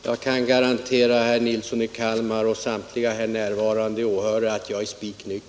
Herr talman! Jag kan garantera herr Nilsson i Kalmar och samtliga här närvarande åhörare att jag är spik nykter.